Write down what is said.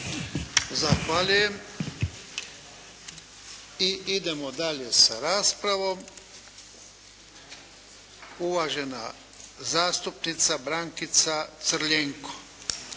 Zahvaljujem. I idemo dalje sa raspravom. Uvažena zastupnica Brankica Crljenko.